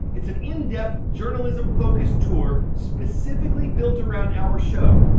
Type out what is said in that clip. it's an in-depth journalism-focused tour specifically built around our show.